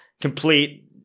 complete